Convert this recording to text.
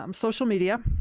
um social media.